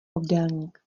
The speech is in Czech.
obdélník